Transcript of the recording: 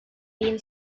been